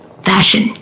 fashion